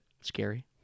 scary